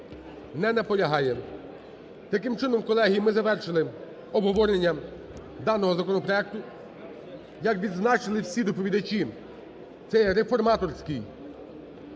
Не наполягає. Таким чином, колеги, ми завершили обговорення даного законопроекту. Як відзначили всі доповідачі, це є реформаторський